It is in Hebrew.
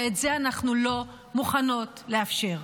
ואת זה אנחנו לא מוכנות לאפשר.